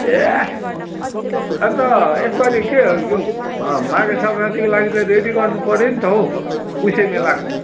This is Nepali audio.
ए अन्त यसपालि के यो माघे सग्राँतीको लागि त रेडी गर्नु पर्यो नि त पुसे मेलाको